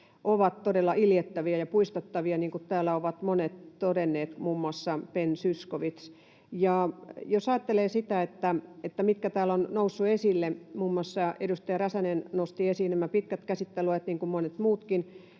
ovat todella iljettäviä ja puistattavia, niin kuin täällä ovat monet todenneet, muun muassa Ben Zyskowicz. Jos ajattelee sitä, mitä täällä on noussut esille, niin muun muassa edustaja Räsänen nosti esiin nämä pitkät käsittelyajat, niin kuin monet muutkin,